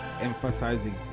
emphasizing